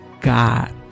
god